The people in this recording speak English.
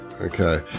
Okay